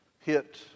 hit